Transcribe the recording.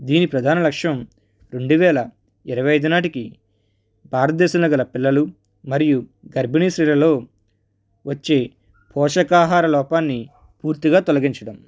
దీని ప్రధాన లక్ష్యం రెండువేల ఇరవై ఐదు నాటికి భారతదేశంలో కల పిల్లలు మరియు గర్బిణి స్త్రీలలో వచ్చే పోషకాహార లోపాన్ని పూర్తిగా తొలగించడం